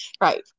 Right